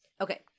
Okay